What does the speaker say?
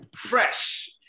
Fresh